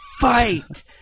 Fight